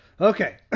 Okay